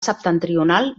septentrional